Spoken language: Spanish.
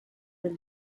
del